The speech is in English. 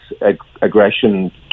aggression